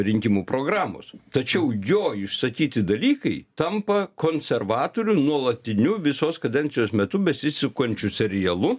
rinkimų programos tačiau jo išsakyti dalykai tampa konservatorių nuolatiniu visos kadencijos metu besisukančiu serialu